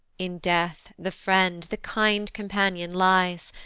in death the friend, the kind companion lies,